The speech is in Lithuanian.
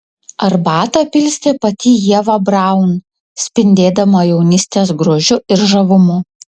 arbatą pilstė pati ieva braun spindėdama jaunystės grožiu ir žavumu